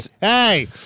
hey